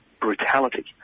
brutality